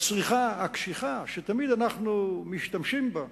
הצריכה הקשיחה, שתמיד אנחנו משתמשים בה,